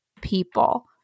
people